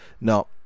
now